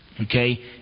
okay